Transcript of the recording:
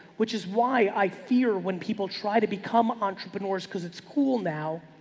which is why i fear when people try to become entrepreneurs because it's cool. now